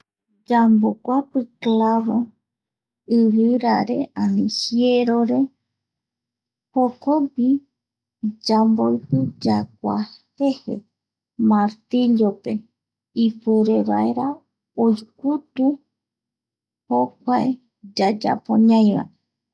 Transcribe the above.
Yamboguapi clavo. Ivirare ani jierore jokogui yamboipi yakua jeje martillo pe ipuerevaera oikutu jokuae yayapo ñaïvae.